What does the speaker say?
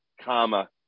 comma